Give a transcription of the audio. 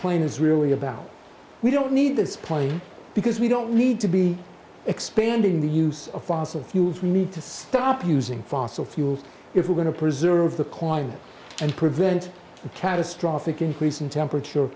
plan is really about we don't need this place because we don't need to be expanding the use of fossil fuels we need to stop using fossil fuels if we're going to preserve the quiet and prevent a catastrophic increase in temperature